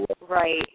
Right